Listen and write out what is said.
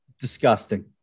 Disgusting